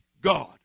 God